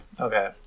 Okay